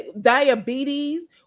diabetes